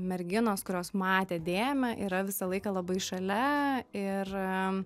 merginos kurios matė dėmę yra visą laiką labai šalia ir